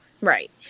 Right